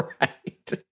Right